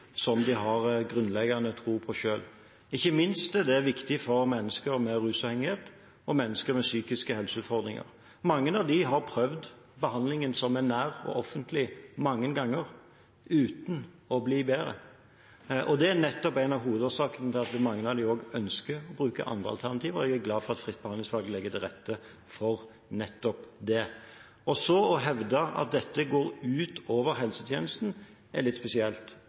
som de har grunnleggende tro på selv. Ikke minst er det viktig for mennesker med rusavhengighet og mennesker med psykiske helseutfordringer. Mange av dem har prøvd behandlingen som er nær og offentlig mange ganger, uten å bli bedre, og det er nettopp en av hovedårsakene til at mange av dem ønsker å bruke andre alternativer. Jeg er glad for at fritt behandlingsvalg legger til rette for nettopp det. Å hevde at dette går ut over helsetjenesten, er litt spesielt,